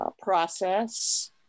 process